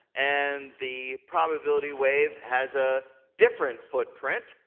and the probability wave has a different footprint.